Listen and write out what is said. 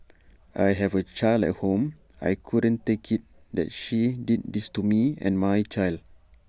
I have A child at home I couldn't take IT that she did this to me and my child